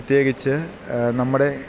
പ്രത്യേകിച്ച് നമ്മുടെ